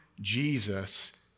Jesus